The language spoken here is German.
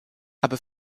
aber